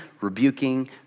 rebuking